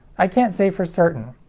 i can't say for certain.